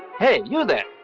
hey, you there.